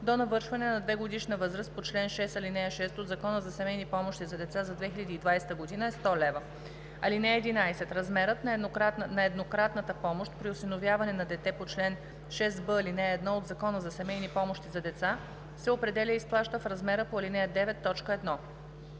до навършване на 2-годишна възраст по чл. 6, ал. 6 от Закона за семейни помощи за деца за 2020 г. е 100 лв. (11) Размерът на еднократната помощ при осиновяване на дете по чл. 6б, ал. 1 от Закона за семейни помощи за деца се определя и изплаща в размера по ал. 9, т. 1.